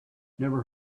never